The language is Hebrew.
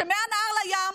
שמהנהר לים,